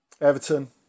Everton